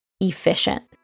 efficient